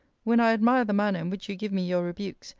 when i admire the manner in which you give me your rebukes,